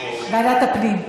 ועדת הפנים.